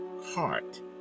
heart